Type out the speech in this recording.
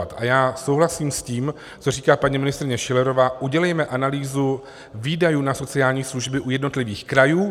A já souhlasím s tím, co říká paní ministryně Schillerová, udělejme analýzu výdajů na sociální služby u jednotlivých krajů.